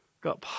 got